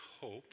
hope